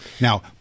Now